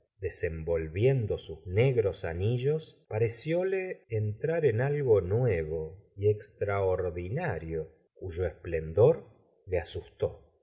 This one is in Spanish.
volviendo sus negros anillos parecióle entrar en algo nuevo y extraordinario cuyo esplendor le asustó